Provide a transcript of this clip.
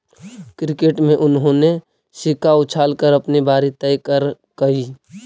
cricket में उन्होंने सिक्का उछाल कर अपनी बारी तय करकइ